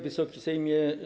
Wysoki Sejmie!